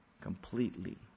completely